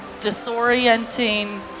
disorienting